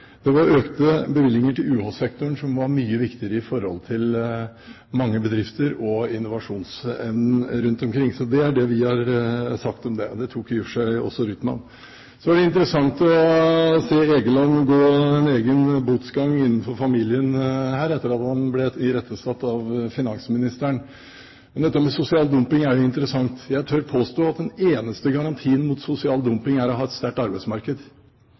det var økte bevilgninger til UH-sektoren, som var mye viktigere for mange bedrifter og innovasjonsevnen rundt omkring. Så det er det vi har sagt om det. Det tok i og for seg også Rytman opp. Så er det interessant å se Egeland gå botsgang innenfor familien her, etter at han ble irettesatt av finansministeren. Men dette med sosial dumping er jo interessant. Jeg tør påstå at den eneste garantien mot sosial dumping er å ha et sterkt arbeidsmarked.